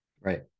right